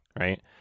right